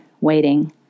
waiting